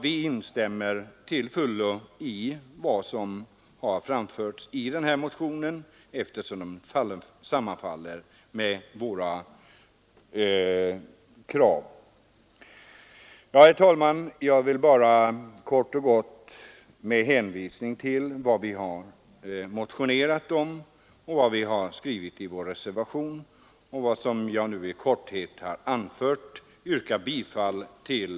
Vi instämmer till fullo med den motionens krav, eftersom de sammanfaller med våra. Fru talman! Jag vill med hänvisning till vad vi har motionerat om, vad vi har skrivit i vår reservation och vad jag i korthet har anfört yrka bifall